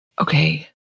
Okay